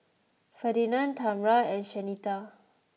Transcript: Ferdinand Tamra and Shanita